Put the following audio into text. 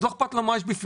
אז לא אכפת לו מה יש בפנים,